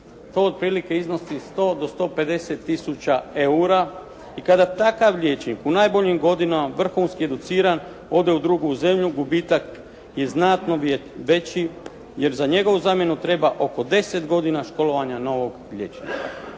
To otprilike iznosi 100 do 150000 eura i kada takav liječnik u najboljim godinama vrhunski educiran ode u drugu zemlju gubitak je znatno veći, jer za njegovu zamjenu treba oko 10 godina školovanja novog liječnika.